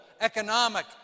economic